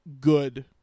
good